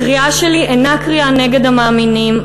הקריאה שלי אינה קריאה נגד המאמינים,